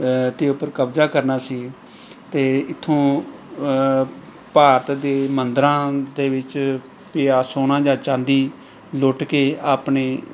ਦੇ ਉੱਪਰ ਕਬਜ਼ਾ ਕਰਨਾ ਸੀ ਅਤੇ ਇੱਥੋਂ ਭਾਰਤ ਦੇ ਮੰਦਰਾਂ ਦੇ ਵਿੱਚ ਪਿਆ ਸੋਨਾ ਜਾਂ ਚਾਂਦੀ ਲੁੱਟ ਕੇ ਆਪਣੇ